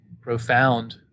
profound